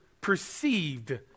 perceived